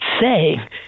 say